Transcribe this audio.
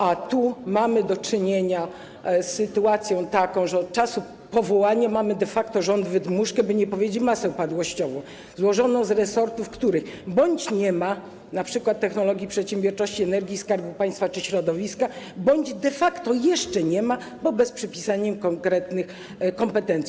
A tu mamy do czynienia z sytuacją taką, że od czasu powołania mamy de facto rząd wydmuszkę, by nie powiedzieć: masę upadłościową złożoną z resortów, których bądź już nie ma, np. technologii i przedsiębiorczości, energii i Skarbu Państwa czy środowiska, bądź de facto jeszcze nie ma, bo bez przypisania konkretnych kompetencji.